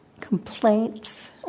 complaints